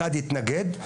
אחד התנגד,